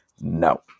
no